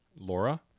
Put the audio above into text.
Laura